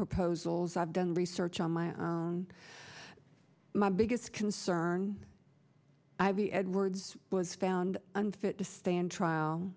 proposals i've done research on my own my biggest concern i have the edwards was found unfit to stand trial